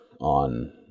on